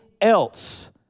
else